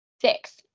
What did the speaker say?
Six